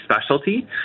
specialty